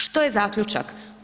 Što je zaključak?